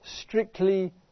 strictly